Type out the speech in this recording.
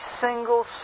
single